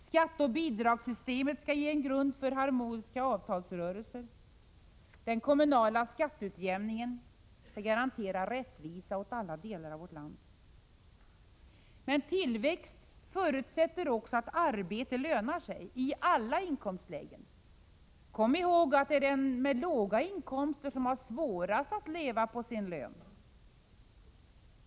Skatteoch bidragssystemet skall ge en grund för harmoniska avtalsrörelser. Den kommunala skatteutjämningen skall garantera rättvisa åt alla delar av vårt land. Tillväxt förutsätter också att arbete lönar sig — i alla inkomstlägen. Kom ihåg att det är de med låga inkomster som har svårast att leva på sin lön.